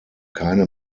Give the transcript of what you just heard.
keine